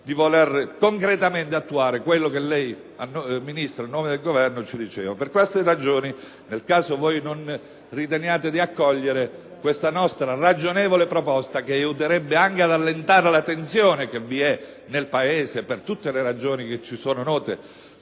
di voler concretamente attuare quello che lei, signora Ministro, a nome del Governo, ci ha detto. Per queste ragioni, nel caso voi non riteniate di accogliere questa nostra ragionevole proposta, che aiuterebbe anche ad allentare la tensione che vi è nel Paese rispetto a questo